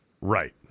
Right